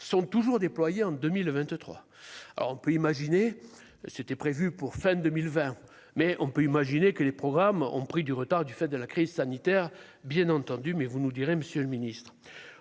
sont toujours déployés en 2023, alors on peut imaginer, c'était prévu pour fin 2020, mais on peut imaginer que les programmes ont pris du retard du fait de la crise sanitaire, bien entendu, mais vous nous direz : Monsieur le Ministre,